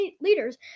leaders